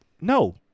No